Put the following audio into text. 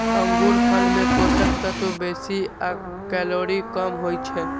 अंगूरफल मे पोषक तत्व बेसी आ कैलोरी कम होइ छै